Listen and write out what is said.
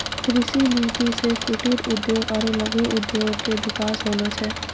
कृषि नीति से कुटिर उद्योग आरु लघु उद्योग मे बिकास होलो छै